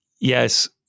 Yes